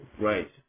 Right